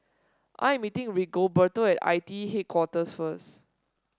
I am meeting Rigoberto at I T E Headquarters first